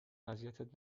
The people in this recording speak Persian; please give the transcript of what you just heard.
اذیتت